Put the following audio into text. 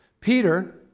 Peter